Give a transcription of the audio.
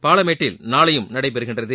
பாலமேட்டில் நாளையும் நடைபெறுகிறது